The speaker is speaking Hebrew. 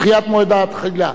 דחיית מועד התחילה).